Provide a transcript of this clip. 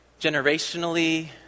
generationally